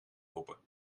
open